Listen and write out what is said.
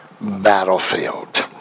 battlefield